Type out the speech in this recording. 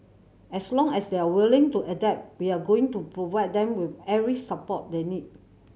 as long as they are willing to adapt we are going to provide them with every support they need